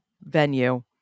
venue